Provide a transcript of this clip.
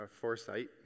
foresight